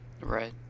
right